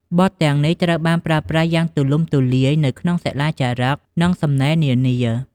បទទាំងនេះត្រូវបានប្រើប្រាស់យ៉ាងទូលំទូលាយនៅក្នុងសិលាចារឹក និងសំណេរនានា។